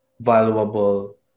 valuable